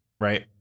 Right